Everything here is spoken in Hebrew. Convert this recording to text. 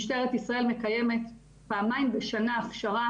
משטרת ישראל מקיימת פעמיים בשנה הכשרה